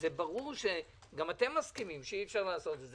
ברור שגם אתם מסכימים שאי-אפשר לעשות את זה.